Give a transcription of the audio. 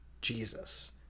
Jesus